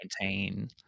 maintain